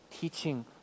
teaching